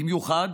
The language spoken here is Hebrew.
במיוחד